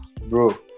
bro